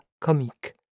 comique